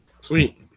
Sweet